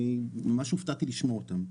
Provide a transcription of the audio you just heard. אני ממש הופתעתי לשמוע אותם.